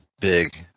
big